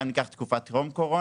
גם אם ניקח תקופת טרום קורונה,